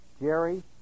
Jerry